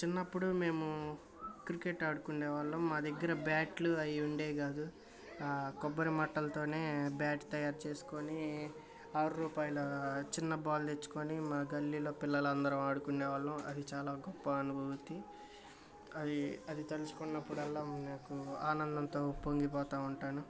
చిన్నప్పుడు మేము క్రికెట్ ఆడుకునేవాళ్ళం మా దగ్గర బ్యాట్లు అవి ఉండేవి కాదు కొబ్బరి మట్టలతోనే బ్యాట్ తయారు చేసుకొని ఆరు రూపాయల చిన్న బాల్ తెచ్చుకొని మా గల్లీలో పిల్లలందరం ఆడుకునే వాళ్ళం అది చాలా గొప్ప అనుభూతి అది అది తలుచుకున్నప్పుడల్లా నాకు ఆనందంతో ఉప్పొంగిపోతుంటాను